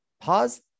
pause